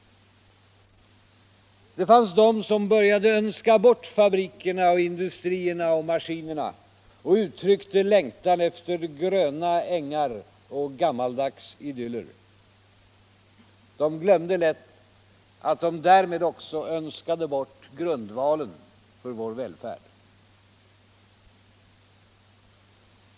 Det fanns de som började önska bort fabrikerna och industrierna och maskinerna och uttryckte längtan efter gröna ängar och gammaldags idyller. De glömde lätt att de därmed också önskade bort grundvalen för vår välfärd.